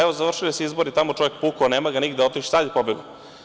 Evo, završili se izbori tamo, čovek puko, nema ga nigde, otišao, sad je pobegao.